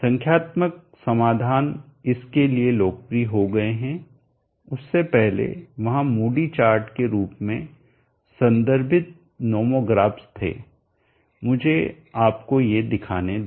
संख्यात्मक समाधान इसके लिए लोकप्रिय हो गए उससे पहले वहाँ मूडी चार्ट के रूप में संदर्भित नोमोग्राफ्स थे मुझे आपको ये दिखाने दें